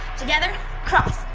together, cross,